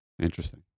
Interesting